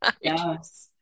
Yes